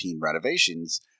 renovations